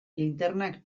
linternak